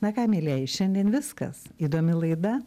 na ką mielieji šiandien viskas įdomi laida